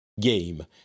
game